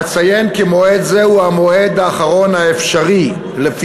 אציין כי מועד זה הוא המועד האחרון האפשרי,